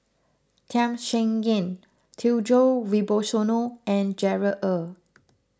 Tham Sien Yen Djoko Wibisono and Gerard Ee